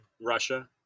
Russia